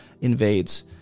invades